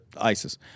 ISIS